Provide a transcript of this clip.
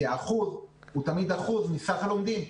כי האחוז הוא תמיד אחוז מסך הלומדים,